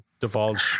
divulge